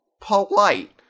polite